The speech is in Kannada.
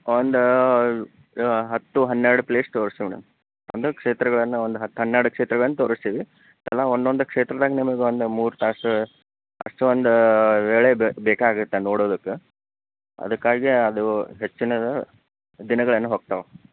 ಒಂದು ಹತ್ತು ಹನ್ನೆರಡು ಪ್ಲೇಸ್ ತೋರಿಸ್ತೀವಿ ಮೇಡಮ್ ಒಂದು ಕ್ಷೇತ್ರಗಳನ್ನು ಒಂದು ಹತ್ತು ಹನ್ನೆರಡು ಕ್ಷೇತ್ರಗಳನ್ನು ತೋರಿಸ್ತೀವಿ ಎಲ್ಲ ಒಂದೊಂದು ಕ್ಷೇತ್ರದಾಗ ನಿಮಗೊಂದು ಮೂರು ತಾಸು ಅಷ್ಟೊಂದು ವೇಳೆ ಬೇ ಬೇಕಾಗುತ್ತೆ ನೋಡೋದಕ್ಕೆ ಅದಕ್ಕಾಗಿ ಅದು ಹೆಚ್ಚಿನ ದಿನಗಳು ಏನು ಹೋಗ್ತವೆ